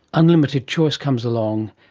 unlimited choice comes along,